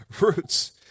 Roots